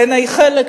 בעיני חלק,